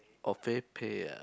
oh FavePay ah